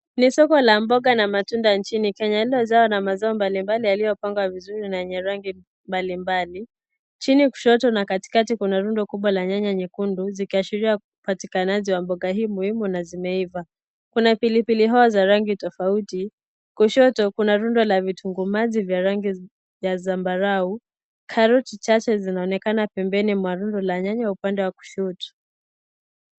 Ni soko la mboga na matunda nchini Kenya iliyojawa na mazao mbalimbali yaliyopangwa vizuri na yenye rangi mbalimbali. Chini kushoto na katikati kuna rundo kubwa la nyanya nyekundu, zikiashiria upatikanaji wa mboga hii muhimu na zimeiva. Kuna pilipili hoho za rangi tofauti. Kushoto, kuna rundo la vitunguu maji vya rangi vya zambarau. Karoti chache zinaonekana pembeni mwa rundo la nyanya upande wa kushoto.